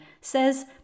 says